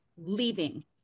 leaving